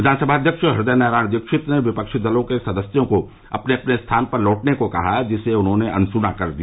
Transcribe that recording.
विधानसभा अध्यक्ष हृदय नारायण दीक्षित ने विपक्षी दल के सदस्यों को अपने अपने स्थान पर लौटने को कहा जिसे उन्होंने अनस्ना कर दिया